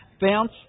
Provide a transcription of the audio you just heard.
Bounce